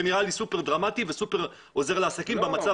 זה נראה לי סופר דרמטי ועוזר לעסקים במצב